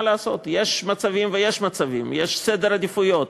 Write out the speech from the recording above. מה לעשות, יש מצבים ויש מצבים, יש סדר עדיפויות.